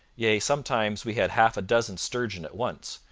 yea, sometimes we had half a dozen sturgeon at once,